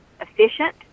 efficient